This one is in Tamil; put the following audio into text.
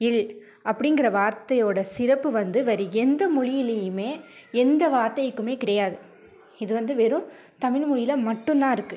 ழ் அப்படிங்கற வார்த்தையோட சிறப்பு வந்து வேறே எந்த மொழியிலியுமே எந்த வார்தைக்குமே கிடையாது இது வந்து வெறும் தமிழ்மொழயில் மட்டும் தான் இருக்குது